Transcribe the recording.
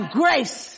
grace